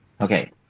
Okay